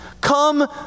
Come